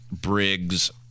Briggs